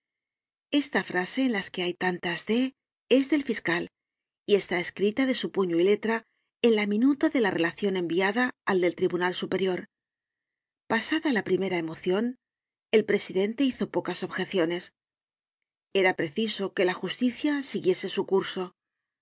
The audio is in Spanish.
esta frase en que hay tantas de es del fiscal y está escrita de su puño y letra en la minuta de la relacion enviada al del tribunal superior pasada la primera emocion el presidente hizo pocas objeciones era preciso que la justicia siguiese su curso